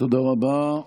תודה רבה.